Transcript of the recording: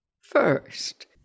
First